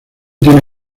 tiene